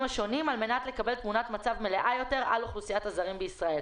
השונים על מנת לקבל תמונת מצב מלאה יותר על אוכלוסיית הזרים בישראל".